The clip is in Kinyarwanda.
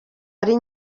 ari